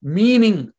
meaning